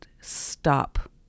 stop